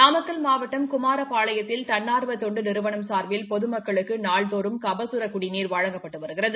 நாமக்கல் மாவட்டம் குமாரபாளையத்தில் தன்னா்வ தொண்டு நிறுவனம் சாா்பில் பொமக்களுக்கு நாள்தோறும் கபசுர குடிநீர் வழங்கப்பட்டு வருகிறது